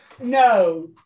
No